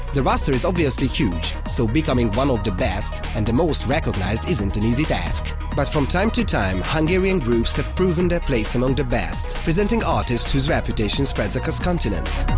the roster is obviously huge, so becoming one of the best and most recognized isn't an easy task. but from time to time, hungarian groups have proven their place among the best, presenting artists whose reputation spreads across continents.